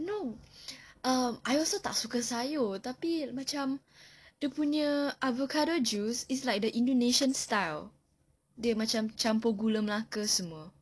no um I also tak suka sayur tapi macam dia punya avocado juice is like the indonesian style dia macam campur gula melaka semua